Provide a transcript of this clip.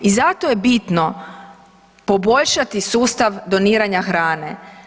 I zato je bitno poboljšati sustav doniranja hrane.